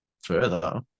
further